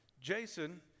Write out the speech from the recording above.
Jason